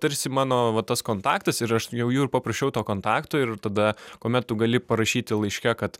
tarsi mano va tas kontaktas ir aš jau jų ir paprašiau to kontakto ir tada kuomet tu gali parašyti laiške kad